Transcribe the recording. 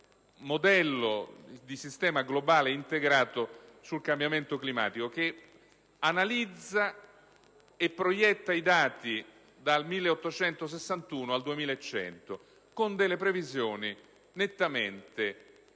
modello di sistema globale integrato sul cambiamento climatico, che analizza e proietta i dati dal 1861 al 2100, con delle previsioni nettamente più